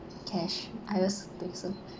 cash I also think so